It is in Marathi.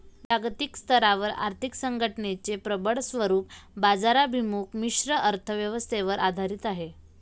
जागतिक स्तरावर आर्थिक संघटनेचे प्रबळ स्वरूप बाजाराभिमुख मिश्र अर्थ व्यवस्थेवर आधारित आहे